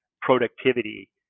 productivity